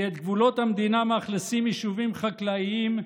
כי את גבולות המדינה מאכלסים יישובים חקלאיים,